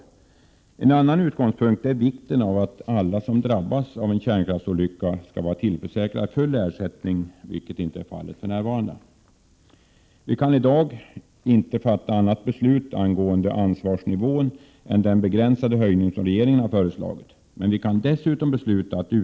Den andra utgångspunkten är vikten av att alla som eventuellt drabbas av en kärnkraftsolycka skall vara tillförsäkrade full ersättning, vilket inte är fallet för närvarande. I dag kan riksdagen inte fatta annat beslut angående ansvarsnivån än den begränsade höjning regeringen föreslagit, men vi kan dessutom besluta att Prot.